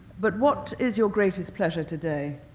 but what is your greatest pleasure today?